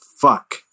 fuck